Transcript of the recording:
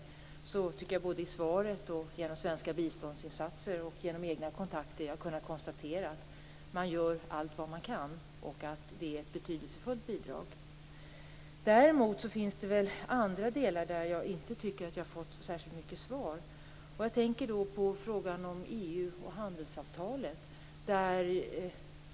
Med hjälp av svaret, svenska biståndsinsatser och egna kontakter har jag kunnat konstatera att man gör allt vad man kan och att det är ett betydelsefullt bidrag. Däremot finns det andra delar där jag inte tycker att jag har fått svar. Jag tänker på frågan om EU och handelsavtalet.